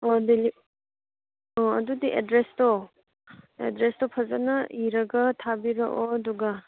ꯑꯣ ꯑꯣ ꯑꯗꯨꯗꯤ ꯑꯦꯗ꯭ꯔꯦꯁꯇꯣ ꯑꯦꯗ꯭ꯔꯦꯁꯇꯣ ꯐꯖꯅ ꯏꯔꯒ ꯊꯥꯕꯤꯔꯛꯑꯣ ꯑꯗꯨꯒ